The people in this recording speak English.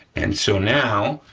and so, now,